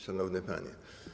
Szanowne Panie!